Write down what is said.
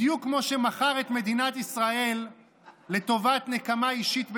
בדיוק כמו שמכר את מדינת ישראל לטובת נקמה אישית בנתניהו.